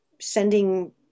sending